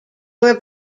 were